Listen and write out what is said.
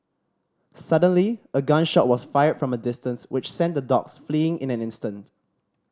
suddenly a gun shot was fired from a distance which sent the dogs fleeing in an instant